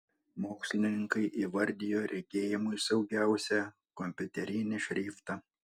mokslininkai įvardijo regėjimui saugiausią kompiuterinį šriftą